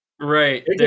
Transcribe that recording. Right